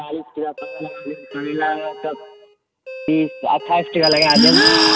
अठाइस टके लगा देब